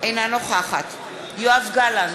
אינה נוכחת יואב גלנט,